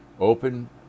Open